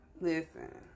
Listen